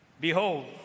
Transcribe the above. behold